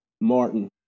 Martin